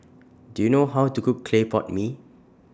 Do YOU know How to Cook Clay Pot Mee